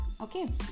okay